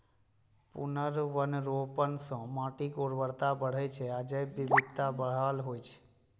पुनर्वनरोपण सं माटिक उर्वरता बढ़ै छै आ जैव विविधता बहाल होइ छै